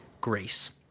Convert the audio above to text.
Grace